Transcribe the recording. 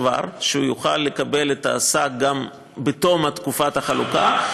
שובר שהוא יוכל לקבל את הסל גם בתום תקופת החלוקה,